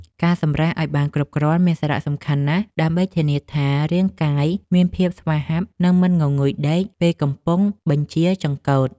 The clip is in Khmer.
ការសម្រាកឱ្យបានគ្រប់គ្រាន់មានសារៈសំខាន់ណាស់ដើម្បីធានាថារាងកាយមានភាពស្វាហាប់និងមិនងងុយដេកពេលកំពុងបញ្ជាចង្កូត។